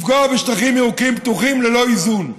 לפגוע בשטחים ירוקים פתוחים ללא איזון,